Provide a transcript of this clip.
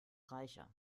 reicher